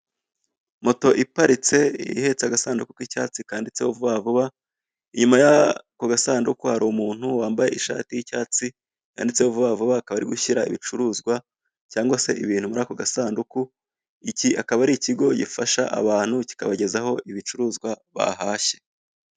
Moto iparitse ihetse agasanduku k'icyatsi kanditseho vuba vuba. Inyuma y'ako gasanduku hari umuntu wambaye ishati y'icyatsi yanditseho vuba vuba, akaba ari gushyira ibicuruzwa cyangwa ibintu muri ako gasanduku. Iki akaba ari ikigo gifasha abantu kikabagezaho ibicuruzwa bahashye.